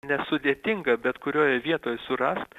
nesudėtinga bet kurioje vietoje surast